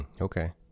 Okay